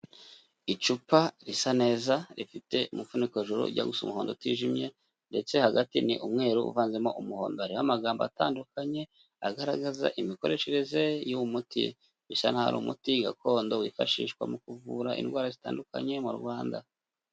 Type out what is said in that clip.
Icupa risa neza rifite umufuniko hejuru ujya gusa umuhondo utijimye, ndetse hagati ni umweru uvanzemo umuhondo, hariho amagambo atandukanye agaragaza imikoreshereze y'uwo muti, bisa n'aho ari umuti gakondo wifashishwa mu kuvura indwara zitandukanye mu Rwanda.